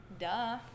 duh